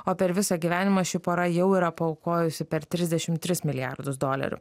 o per visą gyvenimą ši pora jau yra paaukojusi per trisdešim tris milijardus dolerių